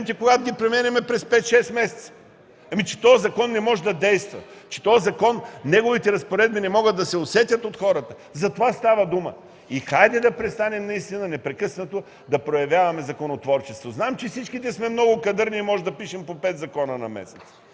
когато ги променяме през 5 6 месеца? Този закон не може да действа, неговите разпоредби не могат да се усетят от хората – за това става дума. Нека наистина да престанем непрекъснато да проявяваме законотворчество. Зная, че всичките сме много кадърни и можем да пишем по пет закона на месец,